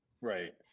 Right